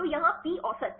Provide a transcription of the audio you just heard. तो यहाँ पी औसत